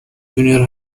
junior